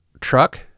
truck